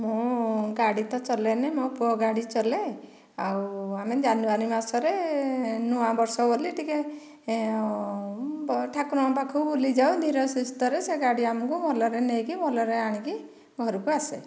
ମୁଁ ଗାଡ଼ି ତ ଚଲାଏନି ମୋ ପୁଅ ଗାଡ଼ି ଚଲାଏ ଆଉ ଆମେ ଜାନୁଆରୀ ମାସରେ ନୂଆ ବର୍ଷ ଗଲେ ଟିକିଏ ବଡ଼ଠାକୁରଙ୍କ ପାଖକୁ ବୁଲି ଯାଉ ଧୀର ସୁସ୍ଥରେ ସେ ଗାଡ଼ିରେ ଆମକୁ ଭଲରେ ନେଇକି ଭଲରେ ଆଣିକି ଘରକୁ ଆସେ